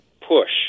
push